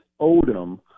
Odom